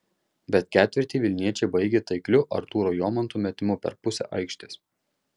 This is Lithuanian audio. bet ketvirtį vilniečiai baigė taikliu artūro jomanto metimu per pusę aikštės